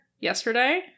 Yesterday